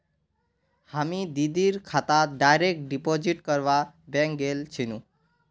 हामी दीदीर खातात डायरेक्ट डिपॉजिट करवा बैंक गेल छिनु